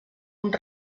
uns